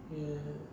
ya